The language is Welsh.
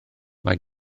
mae